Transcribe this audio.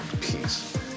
peace